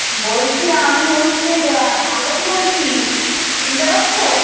বলছি আমি হচ্ছে পার্বতী বলছি চিনতে পারছ